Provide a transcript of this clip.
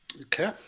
Okay